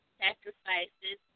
sacrifices